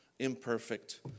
imperfect